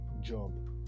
job